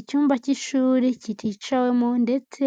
Icyumba cy'ishuri kiticawemo ndetse